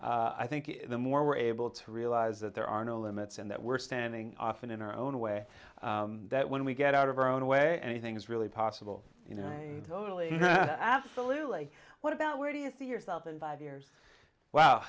i think the more we're able to realize that there are no limits and that we're standing often in our own way that when we get out of our own way anything is really possible you know absolutely what about where do you see yourself in five years wow